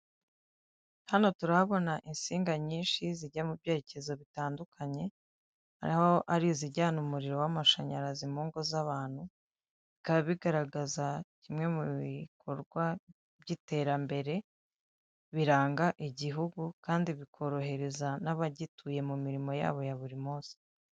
Hano turahabona insinga nyinshi zijya mu byerekezo bitandukanye. Aho hari izijyana umuriro w'amashanyarazi mu ngo z'abantu, bikaba bigaragaza kimwe mu bikorwa by'iterambere biranga igihugu, kandi bikorohereza n'abagituye mu mirimo yabo ya buri munsi.